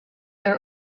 are